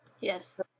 Yes